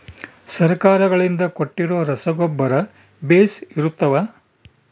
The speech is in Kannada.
ಸರ್ಕಾರಗಳಿಂದ ಕೊಟ್ಟಿರೊ ರಸಗೊಬ್ಬರ ಬೇಷ್ ಇರುತ್ತವಾ?